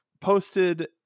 posted